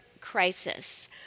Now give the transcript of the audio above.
crisis